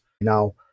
Now